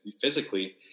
physically